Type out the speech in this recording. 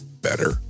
better